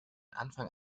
anfang